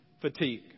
Fatigue